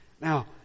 Now